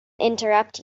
interrupt